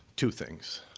two things.